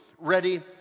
ready